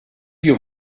you